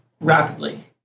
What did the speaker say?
rapidly